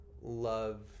love